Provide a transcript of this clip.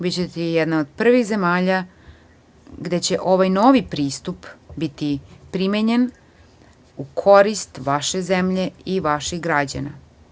Bićete jedna od prvih zemalja gde će ovaj novi pristup biti primenjen u korist vaše zemlje i vaših građana.